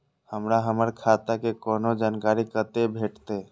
हमरा हमर खाता के कोनो जानकारी कतै भेटतै?